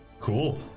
Cool